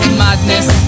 madness